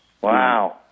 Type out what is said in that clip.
Wow